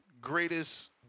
greatest